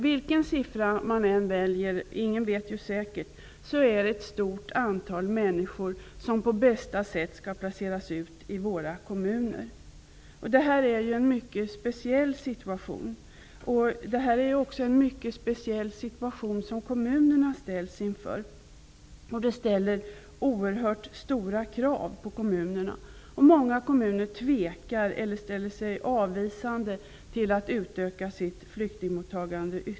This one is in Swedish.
Vilken siffra man än väljer -- ingen vet ju säkert -- är det ett stort antal människor som på bästa sätt skall placeras ut i våra kommuner. Det här är en mycket speciell situation, också för kommunerna. Detta ställer oerhört stora krav på kommunerna. Många kommuner tvekar eller ställer sig avvisande till att ytterligare utöka sitt flyktingmottagande.